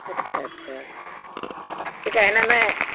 अच्छा अच्छा ठीकु आहे हिन में